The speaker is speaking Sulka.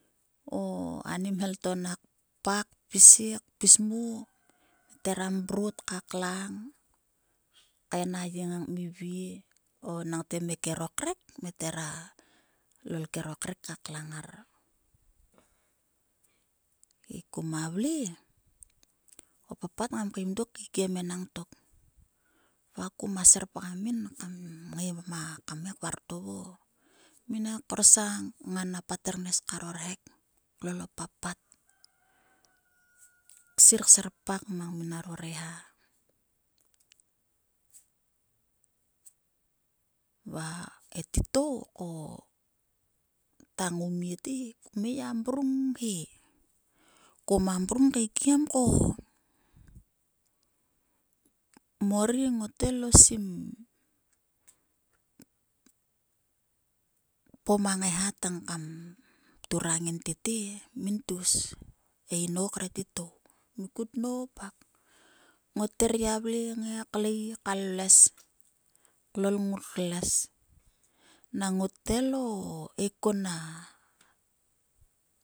O animhel to nak kpa pis he kpis mo. me thera mrot ka klana, kain a ye ngang kmivie o mekero kre me thera lol kero krek ka ka klanga ngar. He kuma vle o papat ngam kaim dok kaikem enang tok va kuma serpgam min kam ngai kvartovo m inak korsang kngan a patter ngnes karo rhek lol o papat va ksir serpak po reha. Va e titou ta ngoumie te he kum ngai gia mrung he. Ko ma mrung kaikem ko mor ri ngot ngai lo sim kpom a ngai ha tang kam turang min tete e. Min tgus e lnou kre titou kut nop hak ngot her gia vle kngai klei ka llues. Klol ngor les nang ngot ngai lo ekon a